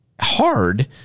hard